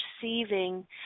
perceiving